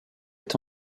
est